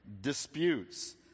disputes